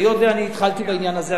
היות שאני התחלתי בעניין הזה,